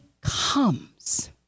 comes